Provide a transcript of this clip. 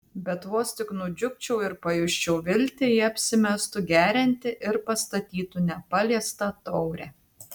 bet vos tik aš nudžiugčiau ir pajusčiau viltį ji apsimestų gerianti ir pastatytų nepaliestą taurę